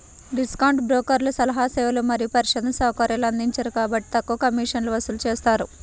discount బ్రోకర్లు సలహా సేవలు మరియు పరిశోధనా సౌకర్యాలను అందించరు కాబట్టి తక్కువ కమిషన్లను వసూలు చేస్తారు